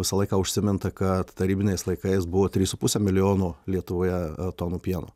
visą laiką užsiminta kad tarybiniais laikais buvo trys su puse milijono lietuvoje tonų pieno